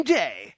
day